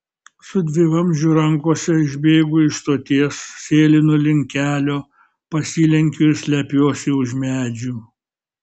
su dvivamzdžiu rankose išbėgu iš stoties sėlinu link kelio pasilenkiu ir slepiuosi už medžių